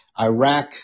Iraq